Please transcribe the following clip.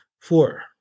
Four